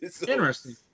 Interesting